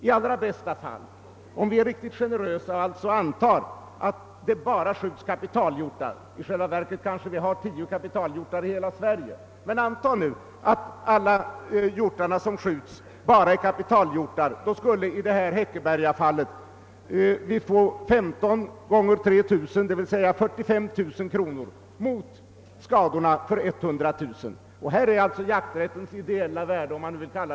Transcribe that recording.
I allra bästa fall, om vi är riktigt generösa och antar att det bara skjuts kapitalhjortar — i själva verket finns det kanske bara 10 kapitalhjortar i hela Sverige — kommer vi att få 15 gånger 3 000 eller sammanlagt 45 000 kronor, mot skador för 100 000 kronor.